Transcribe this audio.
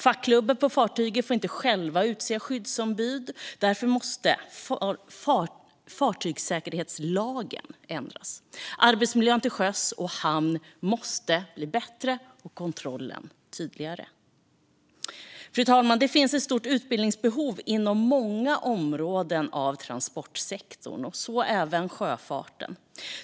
Fackklubben på fartyget får inte själv utse skyddsombud. Därför måste fartygssäkerhetslagen ändras. Arbetsmiljön till sjöss och i hamn måste bli bättre och kontrollen tydligare. Fru talman! Det finns ett stort utbildningsbehov på många områden inom transportsektorn, bland annat sjöfarten.